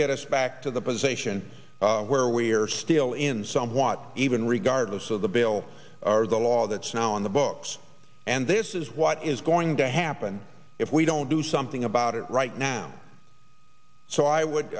get us back to the position where we are still in somewhat even regardless of the bill the law that's now on the books and this is what is going to happen if we don't do something about it right now so i